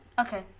Okay